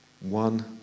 One